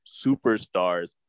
superstars